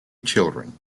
children